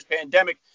pandemic